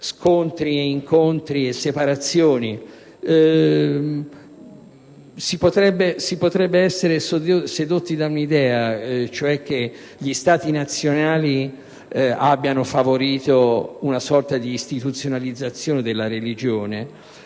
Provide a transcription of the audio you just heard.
scontri, incontri e separazioni. Si potrebbe essere sedotti da un'idea, quella cioè che gli Stati nazionali abbiano favorito una sorta di istituzionalizzazione della religione,